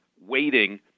waiting